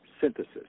synthesis